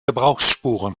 gebrauchsspuren